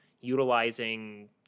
utilizing